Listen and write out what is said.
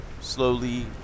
slowly